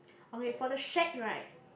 okay for the shack right